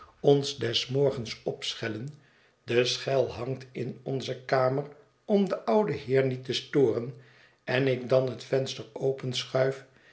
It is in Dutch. ons des morgens opschellen de schel hangt in onze kamer om den ouden heer niet te storen en ik dan het venster